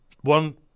One